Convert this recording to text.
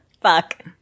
Fuck